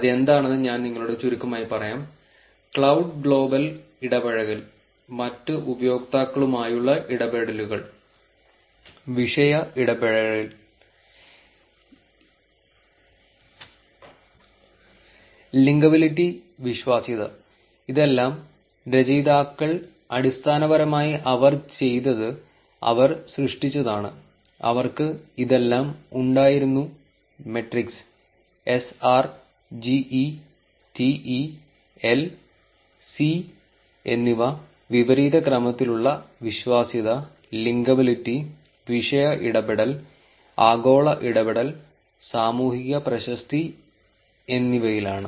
അവ എന്താണെന്ന് ഞാൻ നിങ്ങളോട് ചുരുക്കമായി പറയാം ക്ലൌഡ് ഗ്ലോബൽ ഇടപഴകൽ മറ്റ് ഉപയോക്താക്കളുമായുള്ള ഇടപെടലുകൾ വിഷയ ഇടപഴകൽ ലിങ്കബിലിറ്റി വിശ്വാസ്യത ഇതെല്ലാം രചയിതാക്കൾ അടിസ്ഥാനപരമായി അവർ ചെയ്തത് അവർ സൃഷ്ടിച്ചതാണ് അവർക്ക് ഇതെല്ലാം ഉണ്ടായിരുന്നു metrics SR GE TE L C എന്നിവ വിപരീത ക്രമത്തിലുള്ള വിശ്വാസ്യത ലിങ്കബിലിറ്റി വിഷയ ഇടപെടൽ ആഗോള ഇടപെടൽ സാമൂഹിക പ്രശസ്തി എന്നിവയിലാണ്